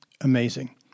Amazing